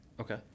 Okay